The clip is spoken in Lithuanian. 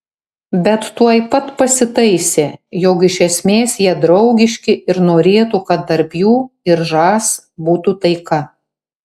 bet tuoj pat pasitaisė jog iš esmės jie draugiški ir norėtų kad tarp jų ir žas būtų taika